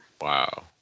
Wow